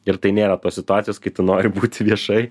ir tai nėra situacijos kai tu nori būti viešai